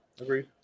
Agreed